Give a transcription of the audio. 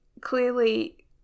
clearly